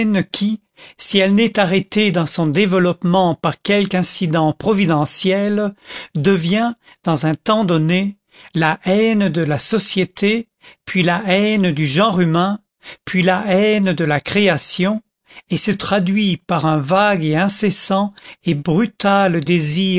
qui si elle n'est arrêtée dans son développement par quelque incident providentiel devient dans un temps donné la haine de la société puis la haine du genre humain puis la haine de la création et se traduit par un vague et incessant et brutal désir